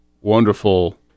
wonderful